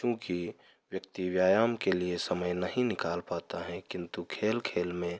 चूँकि व्यक्ति व्यायाम के लिए समय नहीं निकाल पाता है किंतु खेल खेल में